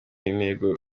intego